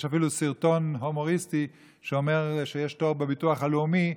יש אפילו סרטון הומוריסטי שאומר שיש תור בביטוח הלאומי,